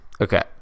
okay